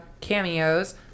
cameos